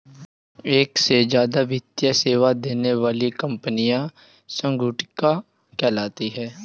एक से ज्यादा वित्तीय सेवा देने वाली कंपनियां संगुटिका कहलाती हैं